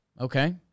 Okay